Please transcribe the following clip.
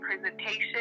presentation